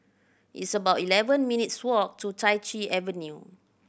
it's about eleven minutes' walk to Chai Chee Avenue